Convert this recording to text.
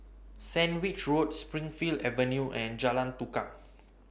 Sandwich Road Springleaf Avenue and Jalan Tukang